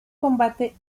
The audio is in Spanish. combate